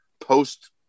post